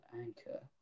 Anchor